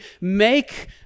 make